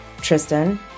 Tristan